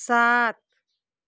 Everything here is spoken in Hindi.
सात